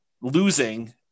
losing